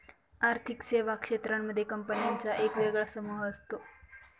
आर्थिक सेवा क्षेत्रांमध्ये कंपन्यांचा एक वेगळा समूह असतो